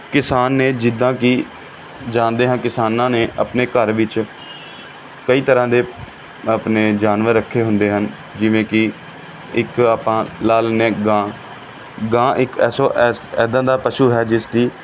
ਕਿਸਾਨ ਨੇ ਜਿੱਦਾਂ ਕਿ ਜਾਣਦੇ ਹਾਂ ਕਿਸਾਨਾਂ ਨੇ ਆਪਣੇ ਘਰ ਵਿੱਚ ਕਈ ਤਰ੍ਹਾਂ ਦੇ ਆਪਣੇ ਜਾਨਵਰ ਰੱਖੇ ਹੁੰਦੇ ਹਨ ਜਿਵੇਂ ਕਿ ਇੱਕ ਆਪਾਂ ਲਾ ਲੈਂਦੇ ਹਾਂ ਗਾਂ ਗਾਂ ਇੱਕ ਐਸੋ ਐਸ ਇੱਦਾਂ ਦਾ ਪਸ਼ੂ ਹੈ ਜਿਸ ਦੀ